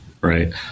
Right